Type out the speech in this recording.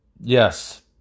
Yes